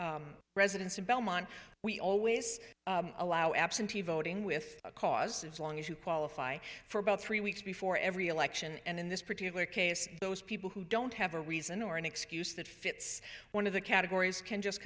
residents in belmont we always allow absentee voting with a cause as long as you qualify for about three weeks before every election and in this particular case those people who don't have a reason or an excuse that fits one of the categories can just